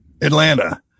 Atlanta